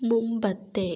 മുമ്പത്തെ